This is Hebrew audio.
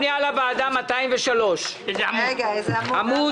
פנייה לוועדה 203, עמ'